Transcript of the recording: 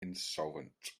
insolvent